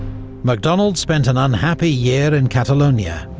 macdonald spent an unhappy year in catalonia,